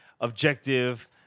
objective